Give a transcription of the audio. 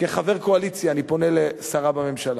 כחבר קואליציה אני פונה לשרה בממשלה: